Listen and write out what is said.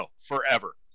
forever